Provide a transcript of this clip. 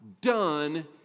done